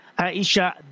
Aisha